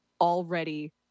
already